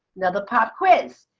now the pop quiz.